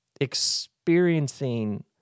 experiencing